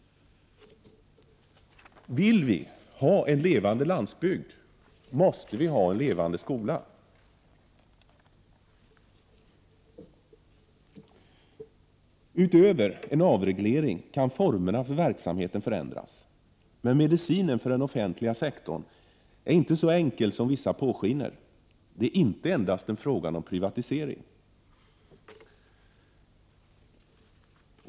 Om vi vill ha en levande landsbygd, måste vi ha en levande skola. Utöver en avreglering kan formerna för verksamheten förändras, men medicinen för den offentliga sektorn är inte så enkel som vissa låter påskina. Det är inte endast en fråga om privatisering.